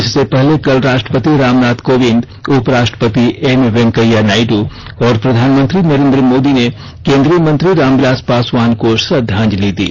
इससे पहले कल राष्ट्रपति रामनाथ कोविंद उपराष्ट्रपति एम वेंकैया नायडू और प्रधानमंत्री नरेन्द्र मोदी ने केन्द्रीय मंत्री रामविलास पासवान को श्रद्वांजलि दी